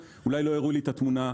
אולי לא הראו לי את התמונה כולה.